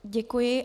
Děkuji.